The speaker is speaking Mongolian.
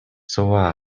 цуваа